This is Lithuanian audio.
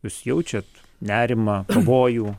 jūs jaučiat nerimą pavojų